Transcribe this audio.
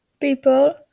people